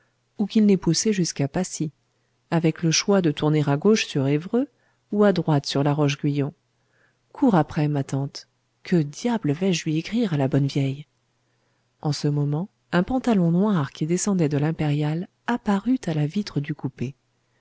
ou qu'il n'ait poussé jusqu'à pacy avec le choix de tourner à gauche sur évreux ou à droite sur laroche guyon cours après ma tante que diable vais-je lui écrire à la bonne vieille en ce moment un pantalon noir qui descendait de l'impériale apparut à la vitre du coupé